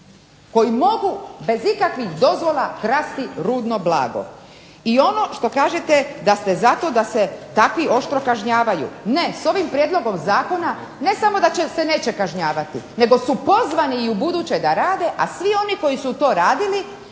koji mogu bez ikakvih dozvola krasti rudno blago. I ono što kažete da ste za to da se takvi oštro kažnjavaju, ne. S ovim prijedlogom zakona ne samo da se neće kažnjavati nego su pozvani i ubuduće da rade, a svi oni koji su to radili